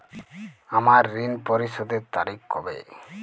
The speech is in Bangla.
আমার ঋণ পরিশোধের তারিখ কবে?